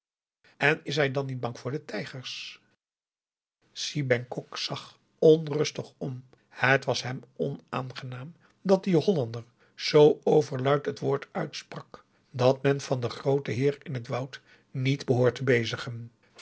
en is hij dan niet bang voor de tijgers si bengkok zag onrustig om het was hem onaangenaam dat die hollander zoo overluid het woord uitsprak dat men van den grooten heer in t woud niet behoort te bezigen